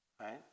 right